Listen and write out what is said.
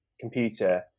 computer